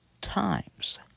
times